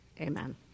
Amen